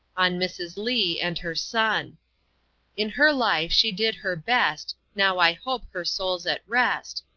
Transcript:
on mrs. lee and her son in her life she did her best now i hope her soul's at rest.